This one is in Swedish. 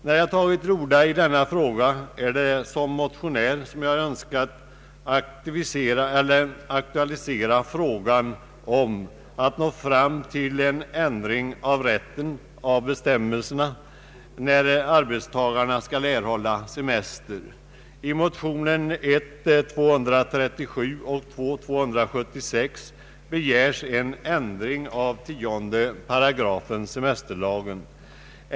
När jag tagit till orda är det därför att jag som motionär har önskat aktua lisera frågan om en ändring av bestämmelserna för när arbetstagarna skall få semester. I motionsparet I: 237 och II: 276 begärs en ändring av 10 8 semesterlagen.